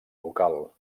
local